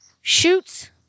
shoots